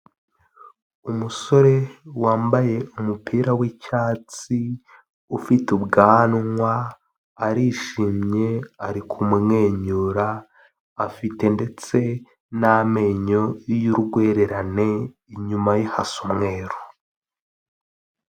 Umusore wambaye umupira w'icyatsi ufite ubwanwa arishimye ari kumwenyura afite ndetse n'amenyo y'urwererane inyuma ye hasa umweru.